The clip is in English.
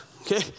okay